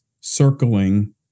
circling